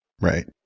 Right